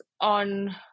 on